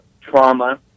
trauma